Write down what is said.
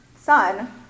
son